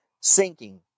sinking